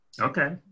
Okay